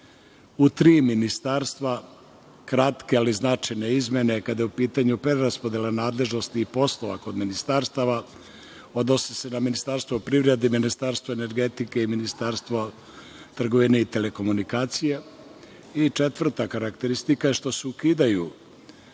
U tri ministarstva kratke, ali značajne izmene kada je u pitanju preraspodela nadležnosti i poslova kod ministarstava, odnosi se na Ministarstvo privrede, Ministarstvo energetike i Ministarstvo trgovine i telekomunikacije. Četvrta karakteristika je što se ukidaju